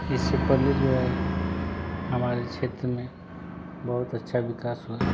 इससे पहले जो हे हमारे क्षेत्र में बहुत अच्छा विकास हुआ